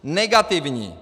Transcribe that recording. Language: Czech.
Negativní!